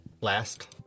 Last